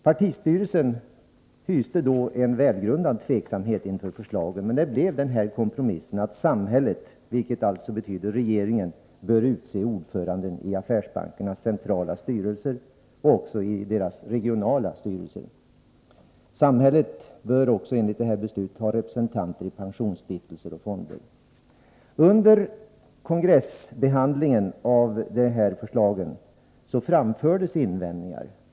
Partistyrelsen hyste då en välgrundad tveksamhet inför förslagen, men beslutet blev en kompromiss innebärande att samhället — vilket alltså betyder regeringen — bör utse ordförande i affärsbankernas centrala styrelser och även i deras regionala styrelser. Samhället bör också enligt detta beslut ha representanter i pensionsstiftelser och pensionsfonder. Under kongressbehandlingen av dessa förslag framfördes invändningar.